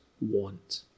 want